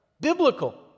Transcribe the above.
biblical